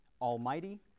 almighty